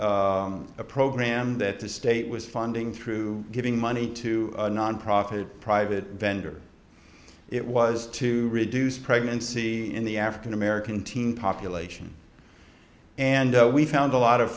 on a program that the state was funding through giving money to a nonprofit private vendor it was to reduce pregnancy in the african american teen population and we found a lot of